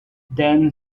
then